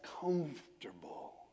comfortable